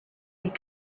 had